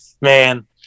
man